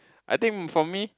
I think for me